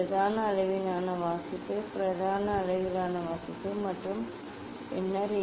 பிரதான அளவிலான வாசிப்பு பிரதான அளவிலான வாசிப்பு மற்றும் பின்னர் இது வெறுமனே அதே வழியில் என்ன